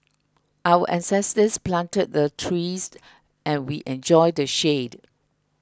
our ancestors planted the trees and we enjoy the shade